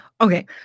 okay